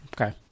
okay